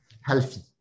healthy